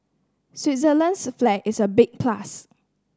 Switzerland's flag is a big plus